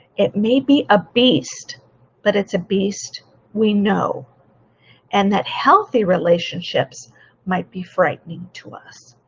it may be a beast but it's a beast we know and that healthy relationships might be frightening to us.